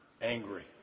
angry